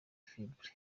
fibre